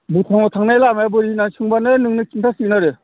भुटानाव थांनाय लामाया बबे होनना सोंबानो नोंनो खिन्थासिगोन आरो